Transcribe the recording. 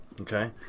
Okay